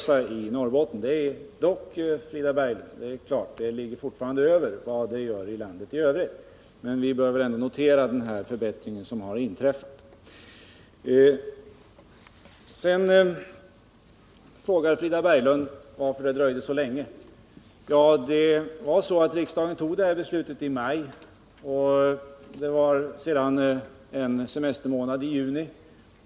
Det är klart, Frida Berglund, 15 november 1979 att arbetslöshetssiffran i Norrbotten fortfarande ligger över de siffror som gäller för landet i övrigt, men vi bör väl notera den förbättring som inträffat. ning av vissa lands Sedan frågar Frida Berglund varför det dröjde så länge. Riksdagen tog det — tingsinvesteringar här beslutet i maj. Sedan följde en semestermånad, juni.